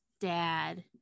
dad